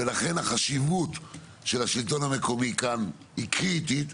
ולכן החשיבות של השלטון המקומי כאן היא קריטית,